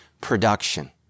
production